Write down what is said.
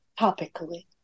topically